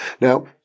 Now